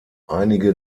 einige